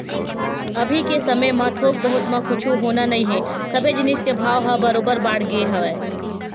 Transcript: अभी के समे म थोक बहुत म कुछु होना नइ हे सबे जिनिस के भाव ह बरोबर बाड़गे हवय